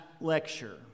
lecture